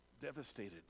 devastated